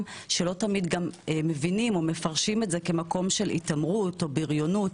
שלא תמיד מבינים או מפרשים את זה כמקום של התעמרות או בריונות.